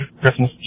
Christmas